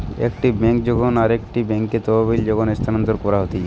একটি বেঙ্ক হইতে যখন আরেকটি বেঙ্কে তহবিল যখন স্থানান্তর করা হতিছে